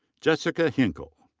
jessica hinkle.